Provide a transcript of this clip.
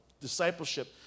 discipleship